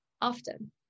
often